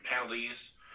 penalties